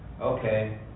okay